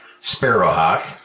Sparrowhawk